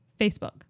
facebook